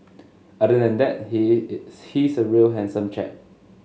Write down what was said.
other than that he is he's a real handsome chap